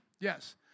Yes